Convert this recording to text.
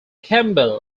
campbell